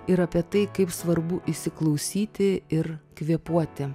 ir apie tai kaip svarbu įsiklausyti ir kvėpuoti